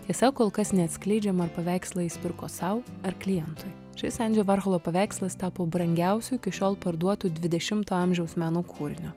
tiesa kol kas neatskleidžiama ar paveikslą jis pirko sau ar klientui šis endžio barchalo paveikslas tapo brangiausiu iki šiol parduotu dvidešimto amžiaus meno kūriniu